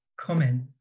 comment